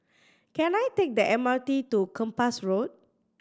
can I take the M R T to Kempas Road